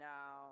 Now